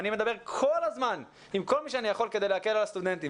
אני מדבר כל הזמן עם כל מי שאני יכול כדי להקל על הסטודנטים,